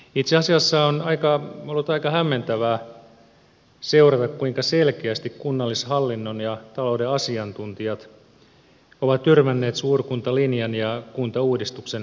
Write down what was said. itse asiassa on ollut aika hämmentävää seurata kuinka selkeästi kunnallishallinnon ja talouden asiantuntijat ovat tyrmänneet suurkuntalinjan ja kuntauudistuksen valmistelun